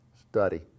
study